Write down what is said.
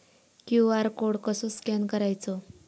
QR code कसो scan करायचो?